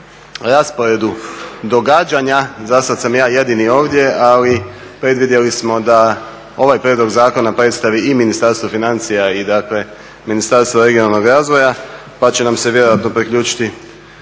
rasporedu događanja za sad sam ja jedni ovdje. Ali predvidjeli smo da ovaj prijedlog zakona predstavi i Ministarstvo financija i dakle Ministarstvo regionalnog razvoja, pa će nam se vjerojatno priključiti,